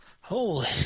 Holy